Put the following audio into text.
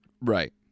right